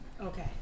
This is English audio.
okay